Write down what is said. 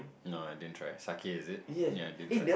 no I didn't try sake is it ya I didn't try